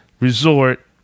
Resort